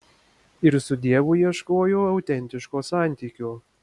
ir su dievu ieškojo autentiško santykio